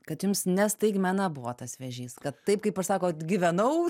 kad jums ne staigmena buvo tas vėžys kad taip kaip sakot gyvenau